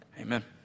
amen